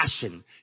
passion